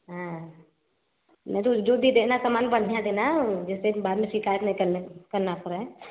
हाँ मेरे जो भी देना सामान बढ़िया देना जिससे कि बाद में शिकायत ना करने करना पड़े